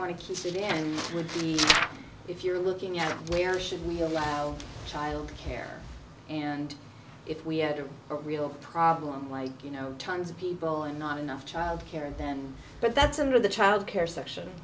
want to keep it in and it would be if you're looking at where should we allow child care and if we had a real problem like you know tons of people and not enough child care and then but that's under the child care section